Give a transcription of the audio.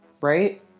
right